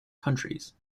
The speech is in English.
countries